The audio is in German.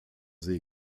see